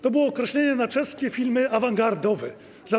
To było określenie na czeskie firmy awangardowe z lat.